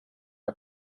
are